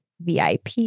VIP